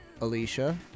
Alicia